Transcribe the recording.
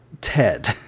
Ted